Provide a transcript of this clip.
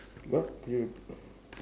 what do you